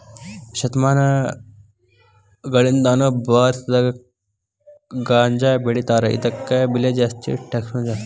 ಶತಮಾನಗಳಿಂದಾನು ಭಾರತದಾಗ ಗಾಂಜಾಬೆಳಿತಾರ ಇದಕ್ಕ ಬೆಲೆ ಜಾಸ್ತಿ ಟ್ಯಾಕ್ಸನು ಜಾಸ್ತಿ